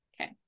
Okay